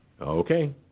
Okay